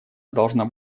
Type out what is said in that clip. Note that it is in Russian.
должна